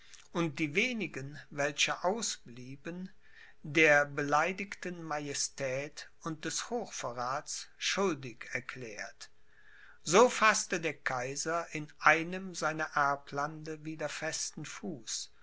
und die wenigen welche ausblieben der beleidigten majestät und des hochverrats schuldig erklärt so faßte der kaiser in einem seiner erblande wieder festen fuß